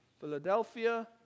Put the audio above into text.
Philadelphia